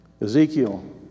Ezekiel